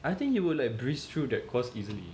I think you will like breeze through that course easily